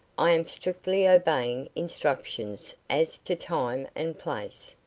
i am strictly obeying instructions as to time and place.